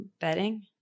bedding